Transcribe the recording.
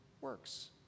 works